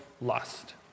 lust